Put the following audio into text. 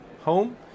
home